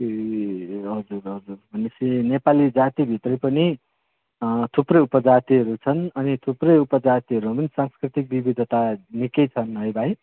ए हजुर हजुर भनेपछि नेपाली जातिभित्रै पनि थुप्रै उपजातिहरू छन् अनि थुप्रै उपजातिहरूमा पनि सांस्कृतिक विविधता निकै छन् है भाइ